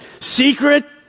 Secret